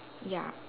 ya